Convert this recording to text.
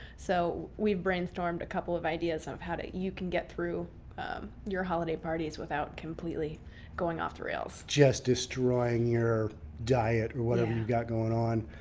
so we've brainstormed a couple of ideas of how you can get through your holiday parties without completely going off the rails. just destroying your diet or whatever you got going on.